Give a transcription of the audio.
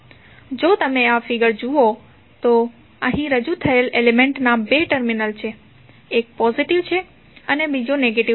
જો તમે આ ફિગર જુઓ તો અહીં રજૂ થયેલ એલિમેન્ટના બે ટર્મિનલ છે એક પોઝિટિવ છે અને બીજો નેગેટિવ છે